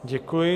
Děkuji.